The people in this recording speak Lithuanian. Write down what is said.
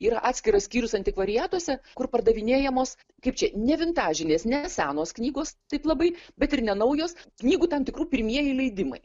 yra atskiras skyrius antikvariatuose kur pardavinėjamos kaip čia ne vintažinės ne senos knygos taip labai bet ir ne naujos knygų tam tikrų pirmieji leidimai